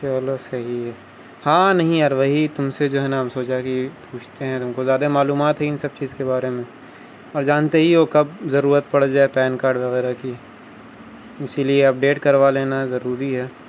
چلو صحیح ہے ہاں نہیں یار وہی تم سے جو ہے نا ہم سوچا کہ پوچھتے ہیں تم کو زیادہ معلومات ہے ان سب چیز کے بارے میں اور جانتے ہی ہو کب ضرورت پڑ جائے پین کارڈ وغیرہ کی اسی لیے اپڈیٹ کروا لینا ضروری ہے